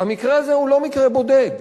המקרה הזה הוא לא מקרה בודד,